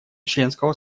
членского